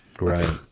Right